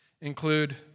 include